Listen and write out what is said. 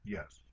Yes